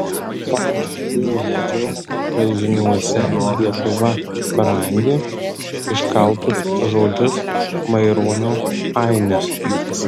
pamatė medžio raižiniuose lietuva brangi iškaltus žodžius maironio ainis